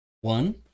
one